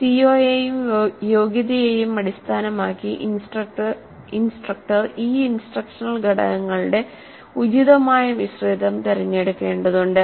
സിഒയെയും യോഗ്യതയെയും അടിസ്ഥാനമാക്കി ഇൻസ്ട്രക്ടർ ഈ ഇൻസ്ട്രക്ഷണൽ ഘടകങ്ങളുടെ ഉചിതമായ മിശ്രിതം തിരഞ്ഞെടുക്കേണ്ടതുണ്ട്